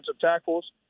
tackles